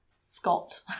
Scott